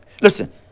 Listen